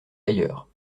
ailleurs